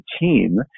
team